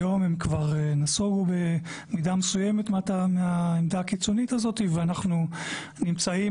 היום הם כבר נסוגו במידה מסוימת מהעמדה הקיצונית הזאת ואנחנו נמצאים